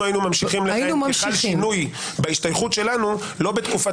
אנחנו היינו ממשיכים לכהן כי חל שינוי בהשתייכות שלנו לא בתקופת